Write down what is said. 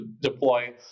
deploy